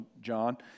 John